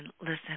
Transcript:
listen